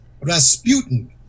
Rasputin